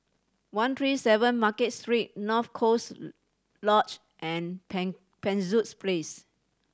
one three seven Market Street North Coast Lodge and Pen Penshurst Place